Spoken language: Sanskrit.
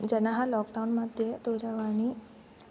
जनाः लाक्डौन् मध्ये दूरवाणी